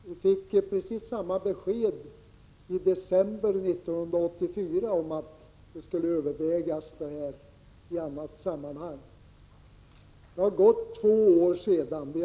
Vi fick precis samma besked i december 1984, att frågan skulle övervägas i annat sammanhang. Det har gått två år sedan dess.